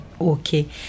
Okay